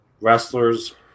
wrestlers